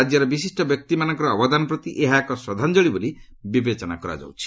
ରାଜ୍ୟର ବିଶିଷ୍ଟ ବ୍ୟକ୍ତିମାନଙ୍କର ଅବଦାନ ପ୍ରତି ଏହା ଏକ ଶ୍ରଦ୍ଧାଞ୍ଚଳି ବୋଲି ବିବେଚନା କରାଯାଉଛି